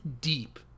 deep